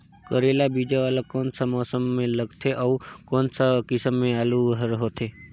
करेला बीजा वाला कोन सा मौसम म लगथे अउ कोन सा किसम के आलू हर होथे?